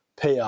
PR